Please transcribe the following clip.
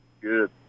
Good